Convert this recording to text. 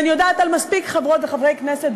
ואני יודעת על מספיק חברות וחברי כנסת